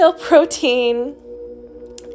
protein